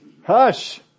hush